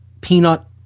peanut